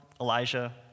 Elijah